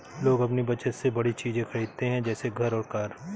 लोग अपनी बचत से बड़ी चीज़े खरीदते है जैसे घर और कार